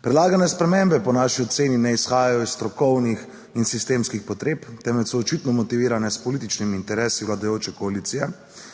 Predlagane spremembe po naši oceni ne izhajajo iz strokovnih in sistemskih potreb, temveč so očitno motivirane s političnimi interesi vladajoče koalicije,